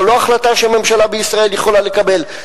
זו לא החלטה שממשלה בישראל יכולה לקבל.